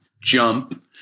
jump